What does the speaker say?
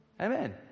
Amen